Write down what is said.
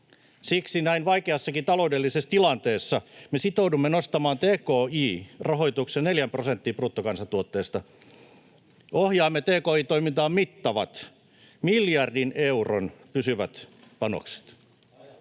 Siksi näin vaikeassakin taloudellisessa tilanteessa me sitoudumme nostamaan tki-rahoituksen neljään prosenttiin bruttokansantuotteesta. Ohjaamme tki-toimintaan mittavat miljardin euron pysyvät panokset.